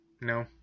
No